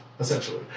essentially